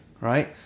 Right